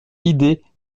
idée